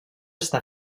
està